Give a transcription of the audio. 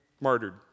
martyred